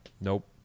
Nope